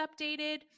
updated